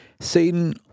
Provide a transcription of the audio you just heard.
Satan